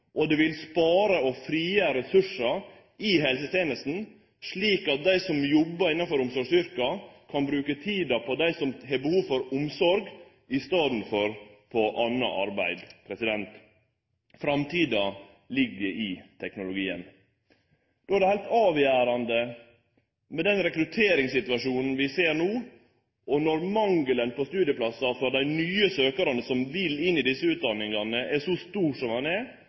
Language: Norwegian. og det vil spare og frigjere ressursar i helsetenesta, slik at dei som jobbar innanfor omsorgsyrka, kan bruke tida på dei som har behov for omsorg, i staden for på anna arbeid. Framtida ligg i teknologien. Då er det heilt avgjerande, med den rekrutteringssituasjonen vi ser no, og når mangelen på studieplassar for dei nye søkjarane som vil inn i desse utdanningane, er så stor som han er,